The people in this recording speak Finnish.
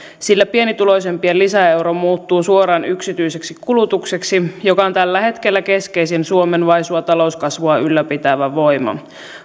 sillä pienituloisimpien lisäeuro muuttuu suoraan yksityiseksi kulutukseksi joka on tällä hetkellä keskeisin suomen vaisua talouskasvua ylläpitävä voima